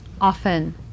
often